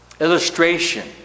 illustration